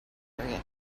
period